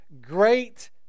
Great